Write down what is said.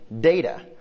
data